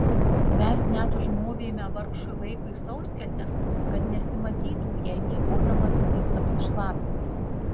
mes net užmovėme vargšui vaikui sauskelnes kad nesimatytų jei miegodamas jis apsišlapintų